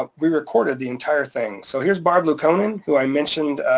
um we recorded the entire thing. so here's barbara liukkonen, who i mentioned,